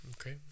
okay